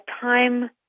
time